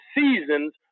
seasons